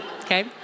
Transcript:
Okay